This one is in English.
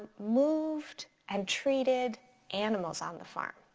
moved and treated animals on the farm.